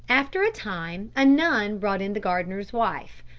after a time a nun brought in the gardener's wife,